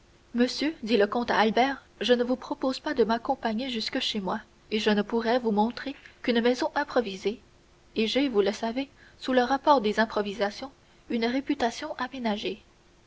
monsieur dit le comte à albert je ne vous propose pas de m'accompagner jusque chez moi et je ne pourrais vous montrer qu'une maison improvisée et j'ai vous le savez sous le rapport des improvisations une réputation